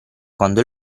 quando